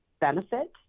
benefit